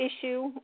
issue